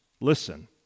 listen